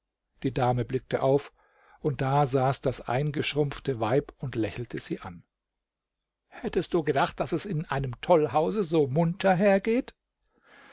die dame blickte auf und da saß das eingeschrumpfte weib und lächelte sie an hättest du gedacht daß es in einem tollhause so munter hergeht